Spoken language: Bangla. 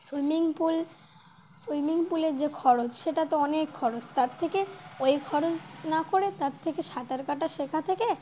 সুইমিং পুল সুইমিং পুলের যে খরচ সেটা তো অনেক খরচ তার থেকে ওই খরচ না করে তার থেকে সাঁতার কাটা শেখা থেকে